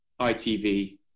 ITV